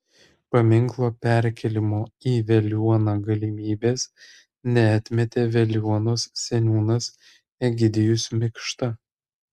paminklo perkėlimo į veliuoną galimybės neatmetė veliuonos seniūnas egidijus mikšta